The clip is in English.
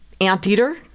anteater